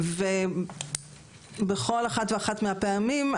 בכל אחת ואחת מהפעמים,